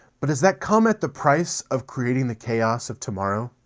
but does that come at the price of creating the chaos of tomorrow?